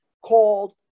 called